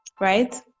Right